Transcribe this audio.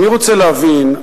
אני רוצה להבין,